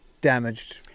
damaged